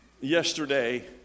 Yesterday